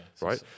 right